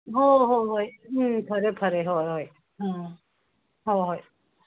ꯍꯣ ꯍꯣꯏ ꯍꯣꯏ ꯎꯝ ꯐꯔꯦ ꯐꯔꯦ ꯍꯣꯏ ꯍꯣꯏ ꯎꯝ ꯍꯣꯏ ꯍꯣꯏ